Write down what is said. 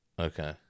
Okay